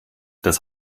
das